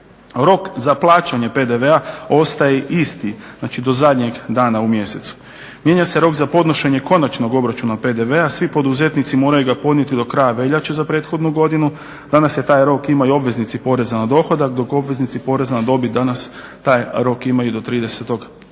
Rok za plaćanje PDV-a ostaje isti, znači do zadnjeg dana u mjesecu. Mijenja se rok za podnošenje konačnog obračuna PDV-a, svi poduzetnici moraju ga podnijeti do kraja veljače za prethodnu godinu. Danas taj rok imaju obveznici poreza na dohodak, dok obveznici poreza na dobit danas taj rok imaju do 30. travnja.